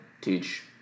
teach